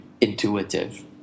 intuitive